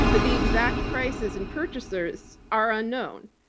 but the exact prices and purchasers are unknown.